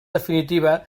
definitiva